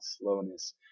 slowness